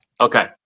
Okay